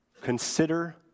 Consider